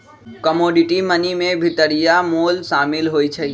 commodity money में भितरिया मोल सामिल होइ छइ